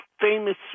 famous